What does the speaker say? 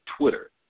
Twitter